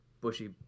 bushy